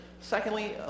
Secondly